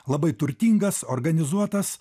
labai turtingas organizuotas